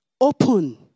Open